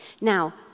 Now